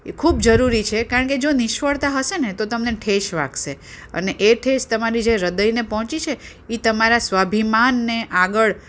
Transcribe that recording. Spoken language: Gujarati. એ ખૂબ જરૂરી છે કારણ કે જો નિષ્ફળતા હશે ને તો તમને ઠેસ વાગશે અને એ ઠેસ તમારી જે હૃદયને પહોંચી છે એ તમારા સ્વાભિમાનને આગળ